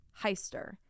Heister